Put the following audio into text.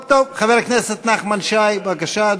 טוב, חבר הכנסת נחמן שי, בבקשה,